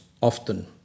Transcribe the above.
often